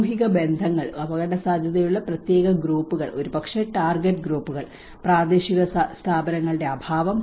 സാമൂഹിക ബന്ധങ്ങൾ അപകടസാധ്യതയുള്ള പ്രത്യേക ഗ്രൂപ്പുകൾ ഒരുപക്ഷേ ടാർഗെറ്റ് ഗ്രൂപ്പുകൾ പ്രാദേശിക സ്ഥാപനങ്ങളുടെ അഭാവം